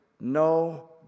no